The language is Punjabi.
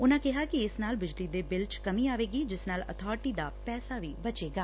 ਉਨਾਂ ਕਿਹਾ ਕਿ ਇਸ ਨਾਲ ਬਿਜਲੀ ਦੇ ਬਿੱਲ ਚ ਵੀ ਕਈ ਆਏਗੀ ਜਿਸ ਨਾਲ ਅਥਾਰਟੀ ਦਾ ਪੈਸਾ ਬਚੇਗਾ